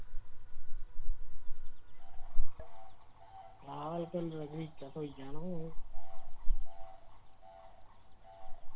हां हर कलर दा गलीचा थोई जाना हुन